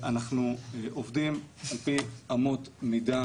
אנחנו עובדים על פי אמות מידה,